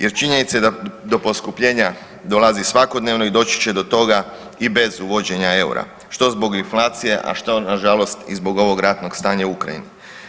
Jer činjenica je da do poskupljenja dolazi svakodnevno i doći će do toga i bez uvođenja EUR-a što zbog inflacije, a što nažalost i zbog ovog ratnog stanja u Ukrajini.